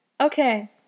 Okay